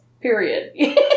Period